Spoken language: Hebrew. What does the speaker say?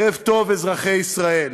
ערב טוב, אזרחי ישראל,